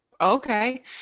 okay